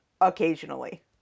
occasionally